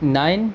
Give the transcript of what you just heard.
nine